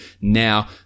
now